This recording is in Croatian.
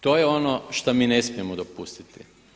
To je ono što mi ne smijemo dopustiti.